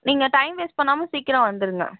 நீங்கள் time waste பண்ணாமல் சீக்கிரம் வந்துவிடுங்க